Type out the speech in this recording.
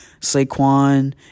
Saquon